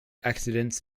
accidents